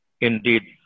Indeed